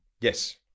Yes